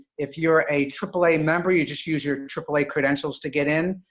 if you're a aaa member, you just use your aaa credentials to get in,